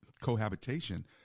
cohabitation